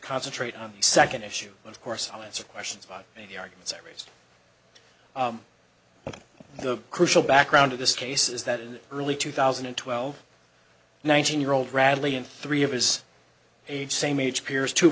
concentrate on the second issue of course i'll answer questions about maybe arguments i raised the crucial background of this case is that in early two thousand and twelve nineteen year old radley and three of his age same age peers too